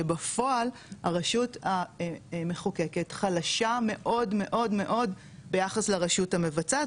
שבפועל הרשות המחוקקת חלשה מאוד מאוד מאוד ביחס לרשות המבצעת,